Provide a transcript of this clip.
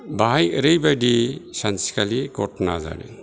बेहाय ओरैबायदि सानसेखालि घटना जादों